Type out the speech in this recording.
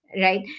right